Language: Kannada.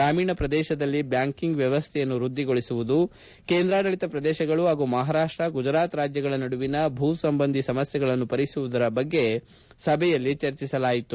ಗ್ರಾಮೀಣ ಪ್ರದೇಶದಲ್ಲಿ ಬ್ಯಾಂಕಿಂಗ್ ವ್ಯವಸ್ಥೆಯನ್ನು ವೃದ್ದಿಗೊಳಿಸುವುದು ಕೇಂದ್ರಾಡಳಿತ ಪ್ರದೇಶಗಳು ಹಾಗೂ ಮಹಾರಾಷ್ಟ ಗುಜರಾತ್ ರಾಜ್ಯಗಳ ನಡುವಿನ ಭೂ ಸಂಬಂಧಿ ಸಮಸ್ನೆಗಳನ್ನು ಪರಿಪರಿಸುವುದರ ಬಗ್ಗೆ ಸಭೆಯಲ್ಲಿ ಚರ್ಚಿಸಲಾಯಿತು